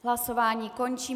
Hlasování končím.